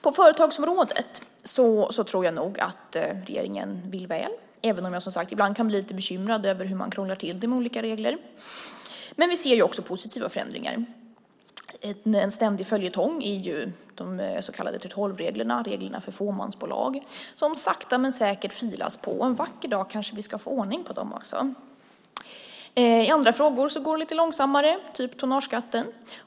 På företagsområdet tror jag att regeringen vill väl, även om jag ibland kan bli lite bekymrad över hur man krånglar till det med olika regler. Men vi ser också positiva förändringar. En ständig följetong är de så kallade 3:12-reglerna och reglerna för fåmansbolag som sakta men säkert filas på. En vacker dag kanske vi ska få ordning på dem också. I somliga frågor går det lite långsammare, typ tonnageskatten.